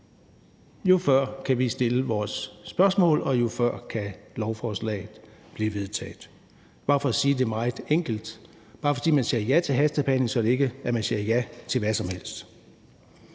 jo før kan vi stille vores spørgsmål, og jo før kan lovforslaget blive vedtaget. Det er bare for at sige det meget enkelt. Bare fordi man siger ja til en hastebehandling, betyder det ikke, at man siger ja til hvad som helst.